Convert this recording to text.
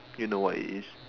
you know what it is